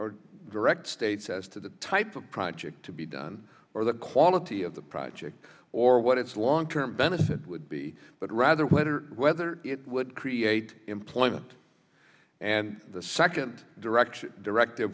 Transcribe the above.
correct states as to the type of project to be done or the quality of the project or what its long term benefit would be but rather whether whether it would create employment and the second direct direct